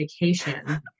vacation